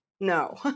No